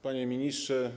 Panie Ministrze!